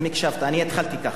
אני התחלתי כך,